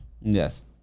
Yes